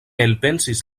elpensis